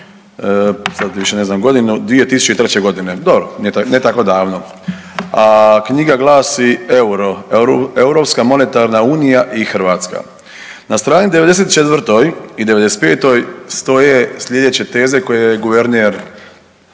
sad više ne znam godinu 2003.g. dobro, ne tako davno, a knjiga glasi EUR-o Europska monetarna unija i Hrvatska, na strani 94. i 95. stoje slijedeće teze koje guverner